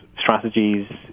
strategies